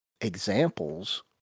examples